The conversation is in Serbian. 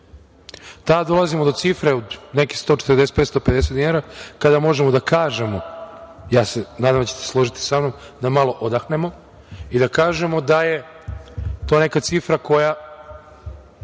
Tada dolazimo do cifre od nekih 145, 155 dinara kada možemo da kažemo, nadam se da ćete se složiti sa mnom, da malo odahnemo i da kažemo da je to neka cifra koja